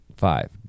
Five